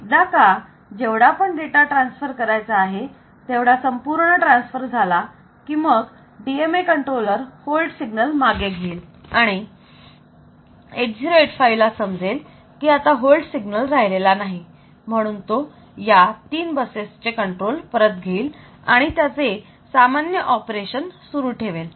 एकदा का जेवढा पण डेटा ट्रान्सफर करायचा आहे तेवढा संपूर्ण ट्रान्सफर झाला की मग DMA कंट्रोलर होल्ड सिग्नल मागे घेईल आणि 8085 ला समजेल की आता होल्ड सिग्नल राहिलेला नाही म्हणून तो या 3 बसेसचे कंट्रोल परत घेईल आणि त्याचे सामान्य ऑपरेशन सुरू ठेवेल